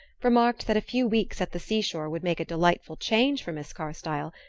remarked that a few weeks at the seashore would make a delightful change for miss carstyle,